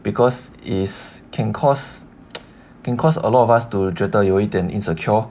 because it is can cause can cause a lot of us to 觉得有一点 insecure